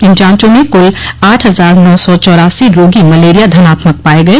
इन जांचों में कुल आठ हजार नौ सौ चौरासी रोगी मलेरिया धनात्मक पाये गये